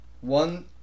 One